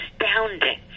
astounding